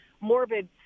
morbid